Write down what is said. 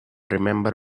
remember